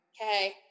Okay